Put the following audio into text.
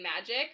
magic